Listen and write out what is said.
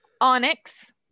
Onyx